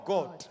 God